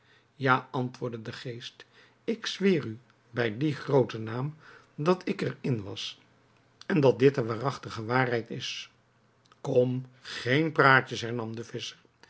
ja antwoorde de geest ik zweer u bij dien grooten naam dat ik er in was en dat dit de waarachtige waarheid is kom geen praatjes hernam de